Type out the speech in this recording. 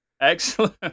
Excellent